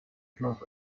schloss